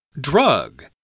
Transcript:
Drug